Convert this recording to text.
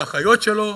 לאחיות שלו,